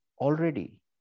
already